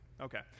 Okay